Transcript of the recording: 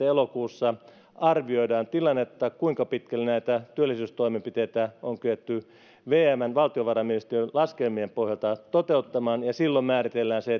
elokuussa kaksituhattakaksikymmentä arvioidaan tilannetta kuinka pitkälle näitä työllisyystoimenpiteitä on kyetty vmn valtiovarainministeriön laskelmien pohjalta toteuttamaan ja silloin määritellään se